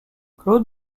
claude